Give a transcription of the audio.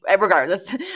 regardless